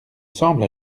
semble